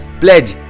pledge